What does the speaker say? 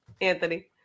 Anthony